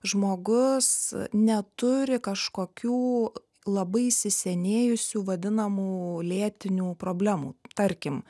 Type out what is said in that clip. žmogus neturi kažkokių labai įsisenėjusių vadinamų lėtinių problemų tarkim